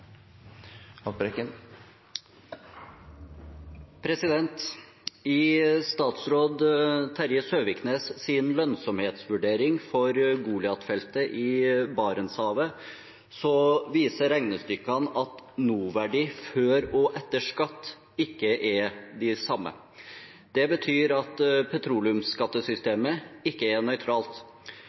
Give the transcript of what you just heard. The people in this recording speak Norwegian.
I statsråd Terje Søviknes’ lønnsomhetsvurdering for Goliat-feltet i Barentshavet viser regnestykkene at nåverdiene før og etter skatt ikke er de samme. Det betyr at petroleumsskattesystemet ikke er nøytralt.